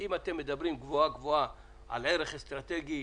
אם אתם מדברים גבוהה גבוהה על ערך אסטרטגי,